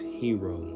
hero